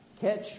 catch